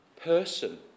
person